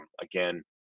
again